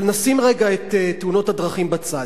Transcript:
אבל נשים רגע את תאונות הדרכים בצד.